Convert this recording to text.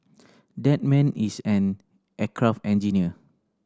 that man is an aircraft engineer